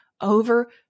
over